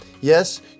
Yes